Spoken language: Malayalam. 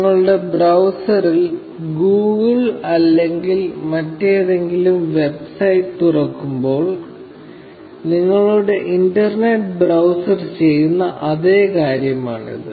നിങ്ങളുടെ ബ്രൌസറിൽ ഗൂഗിൾ അല്ലെങ്കിൽ മറ്റേതെങ്കിലും വെബ്സൈറ്റ് തുറക്കുമ്പോൾ നിങ്ങളുടെ ഇന്റർനെറ്റ് ബ്രൌസർ ചെയ്യുന്ന അതേ കാര്യമാണിത്